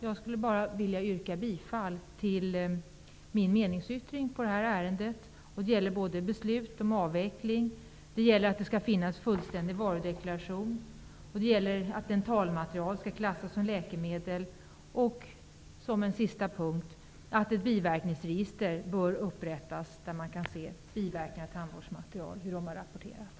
Jag vill bara yrka bifall till min meningsyttring i detta ärende. Det gäller beslut om avveckling, att det skall finnas fullständig varudeklaration, att dentalmaterial skall klassas som läkemedel och att ett biverkningsregister bör upprättas där man kan se vilka biverkningar av tandvårdsmaterial som har rapporterats.